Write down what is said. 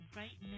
right